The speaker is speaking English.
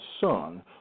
son